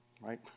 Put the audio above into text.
right